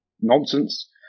nonsense